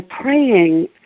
praying